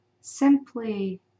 simply